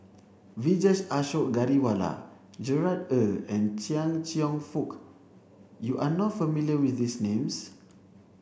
Vijesh Ashok Ghariwala Gerard Ee and Chia Cheong Fook you are not familiar with these names